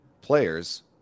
players